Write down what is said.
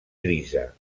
grisa